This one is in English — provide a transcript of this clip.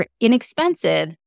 inexpensive